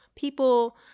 people